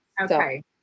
Okay